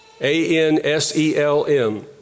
A-N-S-E-L-M